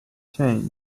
change